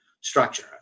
structure